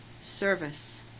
service